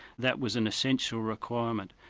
that was an essential requirement.